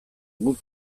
guk